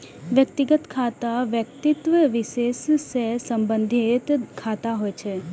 व्यक्तिगत खाता व्यक्ति विशेष सं संबंधित खाता होइ छै